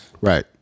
Right